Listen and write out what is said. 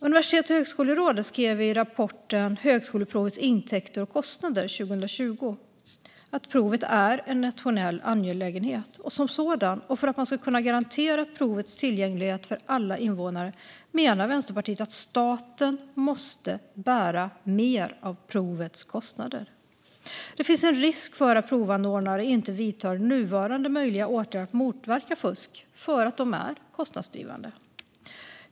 Universitets och högskolerådet skrev i rapporten Högskoleprovets intäkter och kostnader 2020 att provet är en nationell angelägenhet. Som sådan, och för att man ska kunna garantera provets tillgänglighet för alla invånare, menar Vänsterpartiet att staten måste bära mer av provets kostnader. Det finns en risk för att provanordnare inte vidtar nuvarande möjliga åtgärder att motverka fusk för att dessa är kostnadsdrivande.